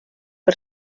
per